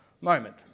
moment